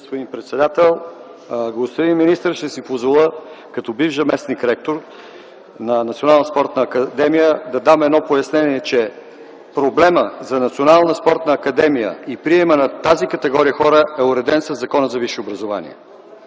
председател. Господин министър, ще си позволя като бивш заместник-ректор на Националната спортна академия да дам едно пояснение, че проблемът за Националната спортна академия и приемът на тази категория хора е уреден със Закона за висшето образование.